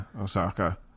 Osaka